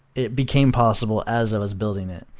it became possible as i was building it,